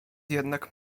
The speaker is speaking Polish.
jednak